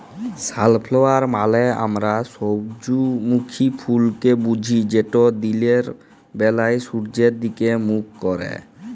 sunflower মালে আমরা সূজ্জমুখী ফুলকে বুঝি যেট দিলের ব্যালায় সূয্যের দিগে মুখ ক্যারে